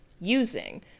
using